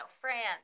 France